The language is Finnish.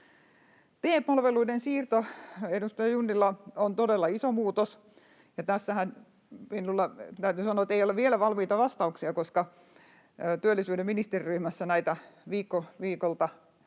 TE-palveluiden siirto, edustaja Junnila, on todella iso muutos, ja tässähän minun täytyy sanoa, että ei ole vielä valmiita vastauksia, koska työllisyyden ministeriryhmässä näitä